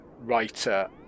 writer